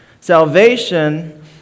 Salvation